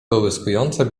połyskujące